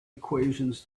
equations